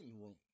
room